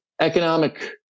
Economic